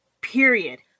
Period